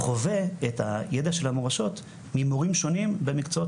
חווה את הידע של המורשות ממורים שונים במקצועות